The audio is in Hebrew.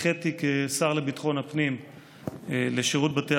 כשר לביטחון הפנים אני הנחיתי את שירות בתי